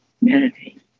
meditate